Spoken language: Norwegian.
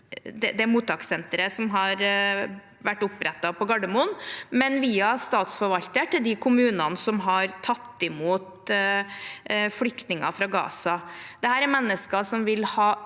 det mottakssenteret som har vært opprettet på Gardermoen, men også via statsforvalter til de kommunene som har tatt imot flyktninger fra Gaza. Dette er mennesker som vil ha